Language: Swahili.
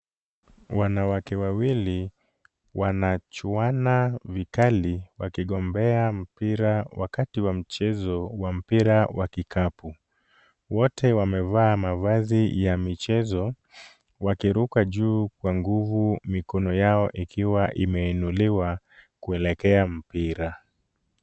Wanawake wawili wanachuana vikali, wakigombea mpira wakati wa mchezo wa mpira wa kikapu. Wote wamevaa mavazi ya michezo, wakiruka juu kwa nguvu mikono yao ikiwa imeinuliwa kuelekea mpira.